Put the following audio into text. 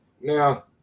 Now